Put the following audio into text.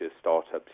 startups